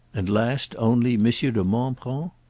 and last only monsieur de montbron?